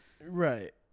Right